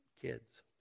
kids